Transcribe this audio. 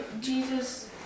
Jesus